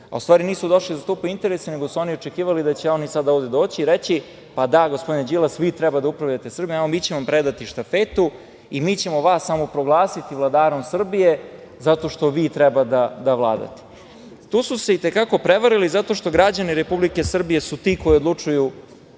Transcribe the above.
a u stvari nisu došli da zastupaju interese, nego su oni očekivali da će oni sada ovde doći i reći – pa da, gospodine Đilas, vi treba da upravljate Srbijom, evo, mi ćemo vam predati štafetu i mi ćemo vas samo proglasiti vladarom Srbije zato što vi treba da vladate. Tu su se i te kako prevarili, zato što građani Republike Srbije su ti koji odlučuju